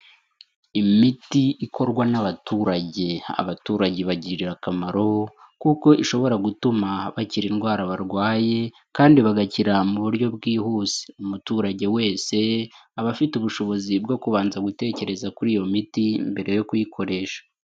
Imiti ikorwa n'abaturage. Abaturage ibagirira akamaro kuko ishobora gutuma bakira indwara barwaye kandi bagakira mu buryo bwihuse. Umuturage wese, aba afite ubushobozi bwo kubanza gutekereza kuri iyo miti, mbere yo kuyikoresha.